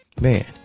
Man